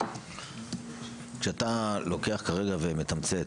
כשאתה לוקח כרגע ומתמצת,